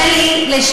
שלי,